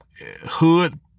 hood